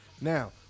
Now